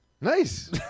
nice